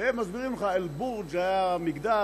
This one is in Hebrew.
והם מסבירים לך שאל-בורג' היה מגדל,